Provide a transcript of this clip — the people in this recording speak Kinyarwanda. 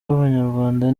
b’abanyarwanda